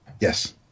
yes